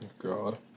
God